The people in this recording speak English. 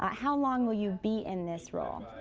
how long will you be in this role?